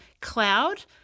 cloud